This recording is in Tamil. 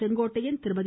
செங்கோட்டையன் திருமதி